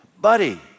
buddy